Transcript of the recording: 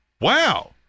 Wow